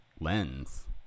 lens